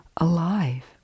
alive